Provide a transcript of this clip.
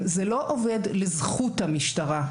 זה לא עובד לזכות המשטרה.